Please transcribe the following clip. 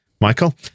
Michael